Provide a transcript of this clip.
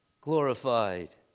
glorified